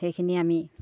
সেইখিনি আমি